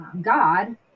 god